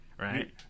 Right